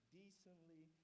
decently